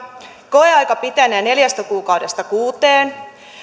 koeaika pitenee neljästä kuukaudesta kuuteen